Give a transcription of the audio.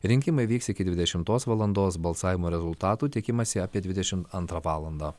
rinkimai vyks iki dvidešimtos valandos balsavimo rezultatų tikimasi apie dvidešim antrą valandą